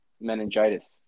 meningitis